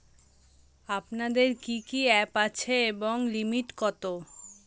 আপনাদের কি কি অ্যাপ আছে এবং লিমিট কত?